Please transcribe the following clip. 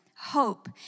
Hope